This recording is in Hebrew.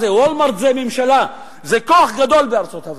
Wallmart זה כוח כלכלי גדול ואדיר בארצות-הברית.